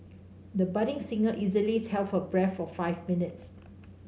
the budding singer easily held her breath for five minutes